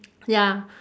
ya